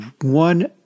one